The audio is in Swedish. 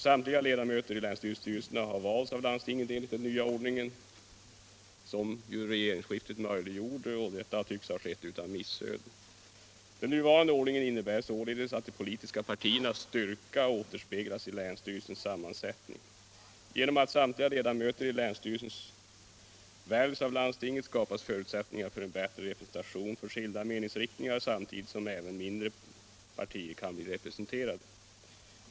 Samtliga ledamöter i länsstyrelsernas styrelser har valts av landstingen enligt den nya ordningen, som regeringsskiftet möjliggjorde, och det tycks ha skett utan missöden. Den nuvarande ordningen innebär således att de politiska partiernas styrka återspeglas i länsstyrelsens sammansättning. Genom att samtliga ledamöter i länsstyrelsen väljs av landstinget skapas möjligheter för en bättre representation för skilda meningsriktningar, samtidigt som även mindre partier kan bli representerade.